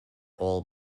all